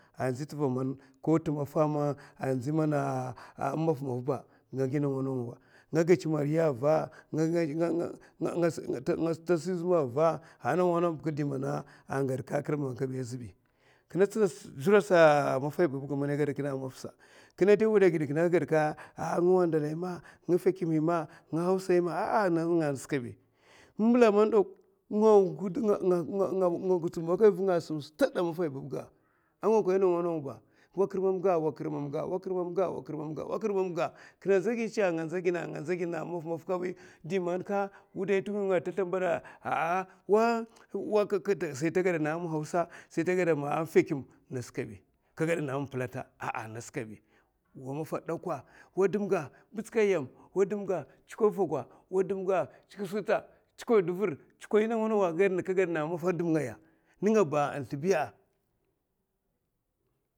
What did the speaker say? Andzi tɗva man ko tɗ maffa ba andzi mana mafa ba nga gi nawa nawa nga gèchè mari ava nga si zuma ava ko ndawa ndawa ba dè mana agèa kurmam ga baɓa sata azɓi, kinè tsina zura sa maffahi babbaga man yè gaèa kinè a dayi mafa sa kinè da gaèa a kinè gaèa ka a nga wandalahi ma, fèkimhi ma, hausa'hi ma, nga tsumokoy vunga asum staè a maffay babbga. ka ngots kirmam ngaya ba kashikè asamna akinè sata tsi tsavul. dè man ka rika kirmama ngaya aka ngih vungaya, ka rika kirmam ngaya yè kat ma akè sè kam, n'dara man nga nguho koy vunga bi, a wuday nga n'gurgura a wuday nga n'kwutè n'kwutè, nga ngulokon vunga suka agidèmè? Kodo hungwa a hungwa bè ka. ka ni tazla mbaèa ama hausa, sai man ta gaɗana a fèkimè a'aa wa dumga ɓalkay yam wa dumga tsukoy vogwa. tsukoy duvur ka gaèana a dayi maffa a dum ngaya. nènga ba a zlèbiya